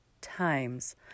times